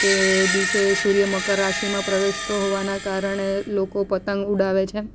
તે દિવસે સૂર્ય મકર રાશિમાં પ્રવેશતો હોવાનાં કારણે લોકો પતંગ ઉડાવે છે